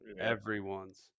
Everyone's